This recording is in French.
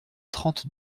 trente